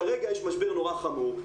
כרגע, יש משבר נורא חמור.